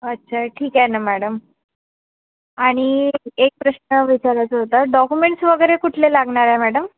अच्छा ठीक आहे ना मॅडम आणि एक प्रश्न विचारायचा होता डॉक्युमेंट्स वगैरे कुठले लागणार आहेत मॅडम